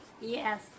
Yes